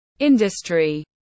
Industry